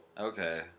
Okay